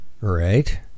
Right